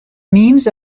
memes